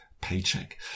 paycheck